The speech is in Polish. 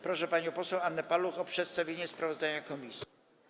Proszę panią poseł Annę Paluch o przedstawienie sprawozdania komisji.